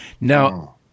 Now